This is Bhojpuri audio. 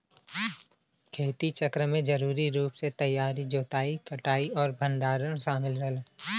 खेती चक्र में जरूरी रूप से तैयारी जोताई कटाई और भंडारण शामिल रहला